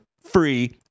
free